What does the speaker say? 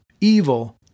evil